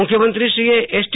મુખ્યમંત્રીશ્રીએ એસટી